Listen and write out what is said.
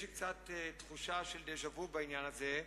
יש לי קצת תחושה של דז'ה-וו בעניין הזה,